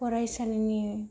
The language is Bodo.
फरायसालिनि